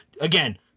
Again